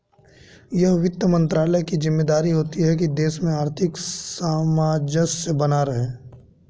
यह वित्त मंत्रालय की ज़िम्मेदारी होती है की देश में आर्थिक सामंजस्य बना रहे